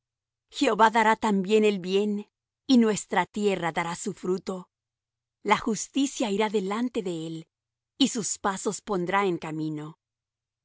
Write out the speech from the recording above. jehová dará también el bien y nuestra tierra dará su fruto la justicia irá delante de él y sus pasos pondrá en camino